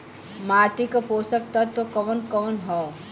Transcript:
माटी क पोषक तत्व कवन कवन ह?